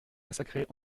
massacrés